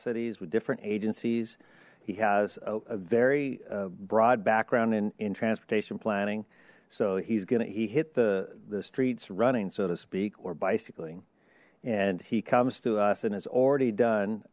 cities with different agencies he has a very broad background in transportation planning so he's gonna he hit the the streets running so to speak or bicycling and he comes to us and has already done